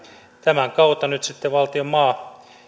tämän kautta sitten valtion maa